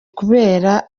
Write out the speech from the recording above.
kubera